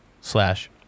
slash